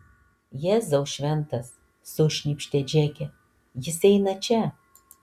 jėzau šventas sušnypštė džeke jis eina čia